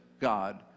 God